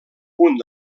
punt